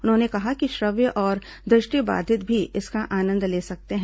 उन्होंने कहा कि श्रव्य और दृष्टिबाधित भी इसका आनंद ले सकते हैं